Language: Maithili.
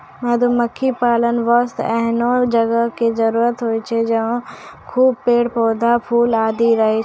मधुमक्खी पालन वास्तॅ एहनो जगह के जरूरत होय छै जहाँ खूब पेड़, पौधा, फूल आदि रहै